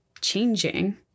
changing